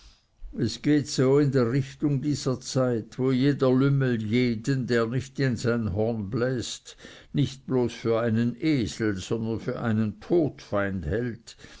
es geht so in der richtung dieser zeit wo jeder lümmel jeden der nicht in sein horn bläst nicht bloß für einen esel sondern für seinen todfeind hält